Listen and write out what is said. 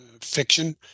fiction